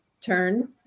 turn